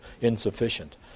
insufficient